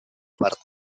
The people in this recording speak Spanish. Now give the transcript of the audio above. parte